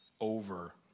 over